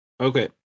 Okay